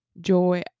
joy